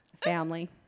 Family